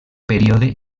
període